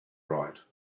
right